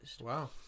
Wow